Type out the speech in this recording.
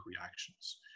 reactions